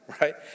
right